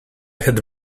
had